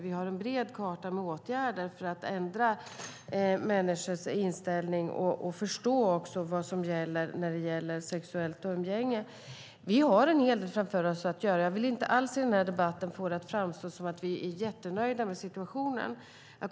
Vi har en bred karta med åtgärder för att ändra människors inställning och förståelse för vad som gäller vid sexuellt umgänge. Vi har en hel del framför oss att göra. Jag vill inte alls i denna debatt få det att framstå som att vi är jättenöjda med situationen.